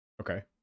okay